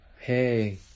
hey